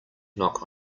knock